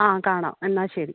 ആ കാണാം എന്നാൽ ശരി